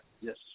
Yes